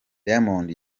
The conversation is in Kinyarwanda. diamond